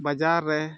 ᱵᱟᱡᱟᱨ ᱨᱮ